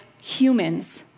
humans